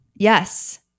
Yes